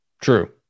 True